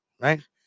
right